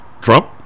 Trump